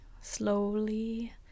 slowly